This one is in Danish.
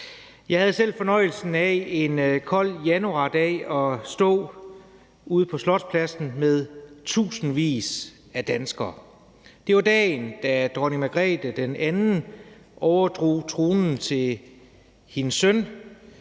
Jeg havde selv fornøjelsen af en kold januardag at stå ude på Slotspladsen med tusindvis af danskere. Det var dagen, da dronning Margrethe den anden overdrog tronen til sin søn